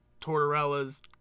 Tortorella's